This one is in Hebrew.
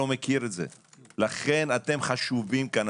לכן אתם חשובים פה.